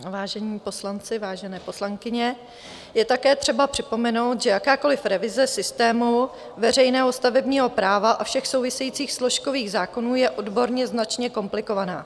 Vážení poslanci, vážené poslankyně, je také třeba připomenout, že jakákoliv revize systému veřejného stavebního práva a všech souvisejících složkových zákonů je odborně značně komplikovaná.